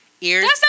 Ears